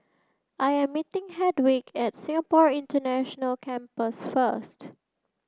I am meeting Hedwig at Singapore International Campus first